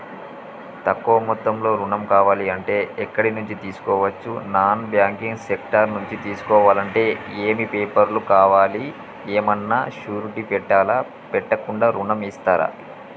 తక్కువ మొత్తంలో ఋణం కావాలి అంటే ఎక్కడి నుంచి తీసుకోవచ్చు? నాన్ బ్యాంకింగ్ సెక్టార్ నుంచి తీసుకోవాలంటే ఏమి పేపర్ లు కావాలి? ఏమన్నా షూరిటీ పెట్టాలా? పెట్టకుండా ఋణం ఇస్తరా?